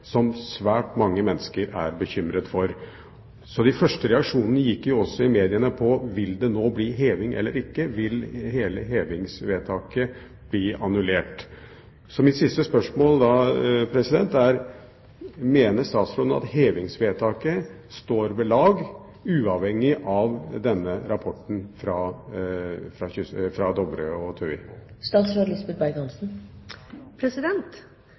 som svært mange mennesker er bekymret for. De første reaksjonene i mediene gikk da også på om det nå blir heving eller ikke, om hele hevingsvedtaket vil bli annullert. Mitt siste spørsmål er: Mener statsråden at hevingsvedtaket står ved lag, uavhengig av denne rapporten fra